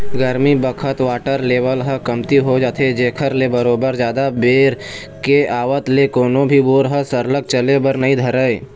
गरमी बखत water level ह कमती हो जाथे जेखर ले बरोबर जादा बेर के आवत ले कोनो भी बोर ह सरलग चले बर नइ धरय